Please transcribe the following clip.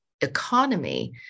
economy